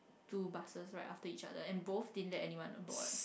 two buses right after each other and both didn't let anyone aboard